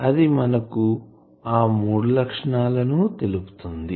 అది మనకు ఆ మూడు లక్షణాలు తెలుపుతుంది